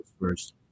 first